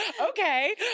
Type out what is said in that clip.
okay